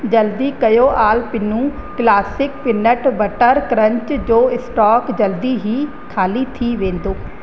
जल्दी कयो Alpino classic peanut butter crunch जो स्टॉक जल्दी ई ख़ाली थी वेंदो